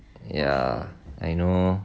ya I know